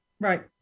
right